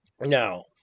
Now